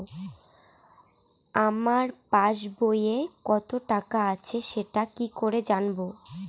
আমার পাসবইয়ে কত টাকা আছে সেটা কি করে জানবো?